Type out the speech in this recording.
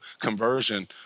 conversion